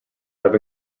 have